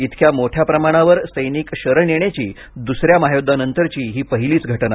इतक्या मोठ्या प्रमाणावर सैनिक शरण येण्याची दुसऱ्या महायुद्वानंतरची ही पहिलीच घटना